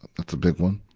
that's a big one.